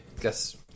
guess